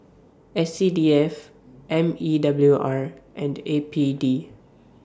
S C D F M E W R and A P D